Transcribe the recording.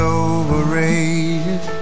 overrated